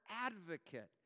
advocate